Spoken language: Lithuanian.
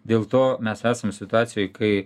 dėl to mes esam situacijoj kai